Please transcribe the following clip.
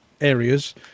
areas